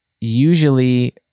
Usually